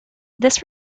this